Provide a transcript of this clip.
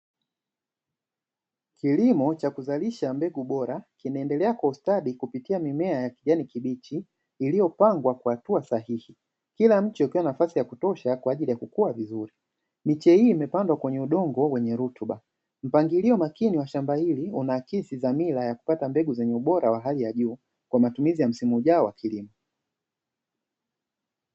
kilimo cha kuzalisha mbegu bora, kinaendelea kwa ustadi kupitia mimea ya kijani kibichi iliyopandwa kwa hatua sahihi, kila mche ukiwa na nafasi ya kutosha kwa ajili ya kukua vizuri. Miche hii imepandwa kwenye udongo wenye rutuba. Mpangilio makini wa shamba hili unaakisi dhamira ya kupata mbegu zenye ubora wa hali ya juu kwa matumizi ya msimu ujao wa kilimo.